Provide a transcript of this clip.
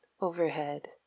overhead